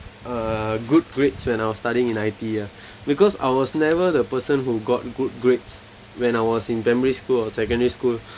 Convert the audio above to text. uh good grades when I was studying in I_T_E because I was never the person who got good grades when I was in primary school or secondary school